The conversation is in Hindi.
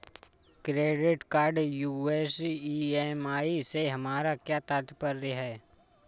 क्रेडिट कार्ड यू.एस ई.एम.आई से हमारा क्या तात्पर्य है?